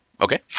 Okay